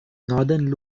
northern